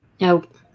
Nope